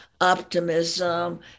optimism